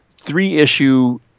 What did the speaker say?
three-issue